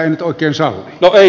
no ei salli